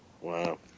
Wow